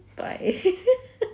bye